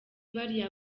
bariya